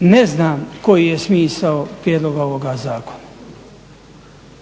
ne znam koji je smisao prijedloga ovoga zakona.